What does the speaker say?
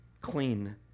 clean